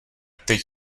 teď